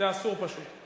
זה אסור פשוט.